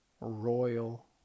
royal